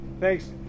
Thanks